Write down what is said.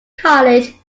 college